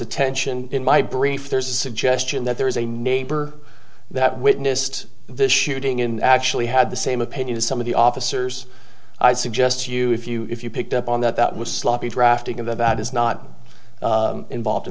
attention in my brief there's a suggestion that there is a neighbor that witnessed this shooting in actually had the same opinion as some of the officers i suggest you if you if you picked up on that that was sloppy drafting of that is not involved in